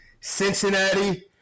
Cincinnati